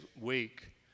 week